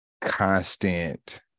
constant